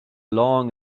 along